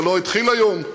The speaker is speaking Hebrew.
זה לא התחיל היום.